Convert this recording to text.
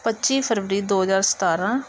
ਪੱਚੀ ਫਰਵਰੀ ਦੋ ਹਜ਼ਾਰ ਸਤਾਰਾਂ